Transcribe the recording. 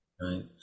right